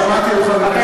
חבר הכנסת אראל מרגלית,